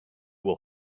will